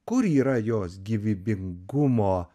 kur yra jos gyvybingumo